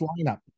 lineup